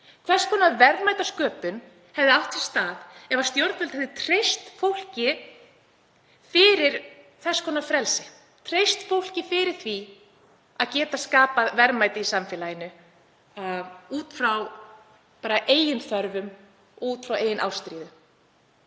Hvers konar verðmætasköpun hefði átt sér stað ef stjórnvöld hefðu treyst fólki fyrir þess konar frelsi, treyst fólki fyrir því að geta skapað verðmæti í samfélaginu út frá eigin þörfum, út frá eigin ástríðu?